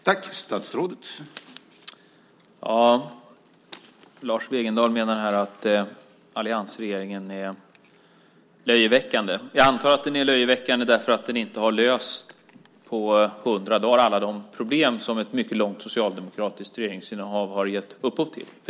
Herr talman! Lars Wegendal menar att alliansregeringen är löjeväckande. Jag antar att den är löjeväckande därför att den på 100 dagar inte har löst alla de problem som ett mycket långt socialdemokratiskt regeringsinnehav har gett upphov till.